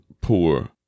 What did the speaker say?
poor